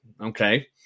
Okay